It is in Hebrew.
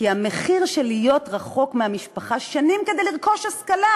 כי המחיר של להיות רחוק מהמשפחה שנים כדי לרכוש השכלה